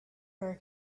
her